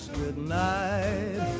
goodnight